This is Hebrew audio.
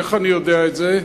איך אני יודע את זה?